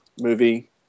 movie